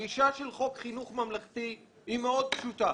הגישה של חוק חינוך ממלכתי היא מאוד פשוטה.